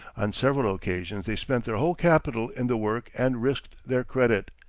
on several occasions they spent their whole capital in the work and risked their credit.